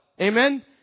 Amen